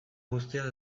guztiak